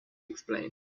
explain